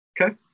okay